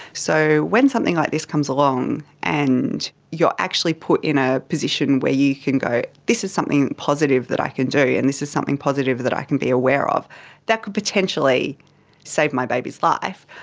so when something like this comes along and you're actually put in a position where you can go this is something positive that i can do and this is something positive that i can aware of that could potentially save my baby's life,